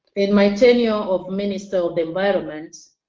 in my tenure of minister of the environment,